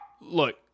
look